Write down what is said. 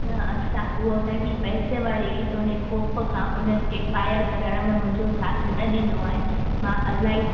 न असां उहे ॾाढी पहिरियों वारी हुई त उन ख़ौफ़ सां उन्हनि एफ आई आर कराइण महिल मुंहिंजो साथ न ॾिनो आहे मां इलाही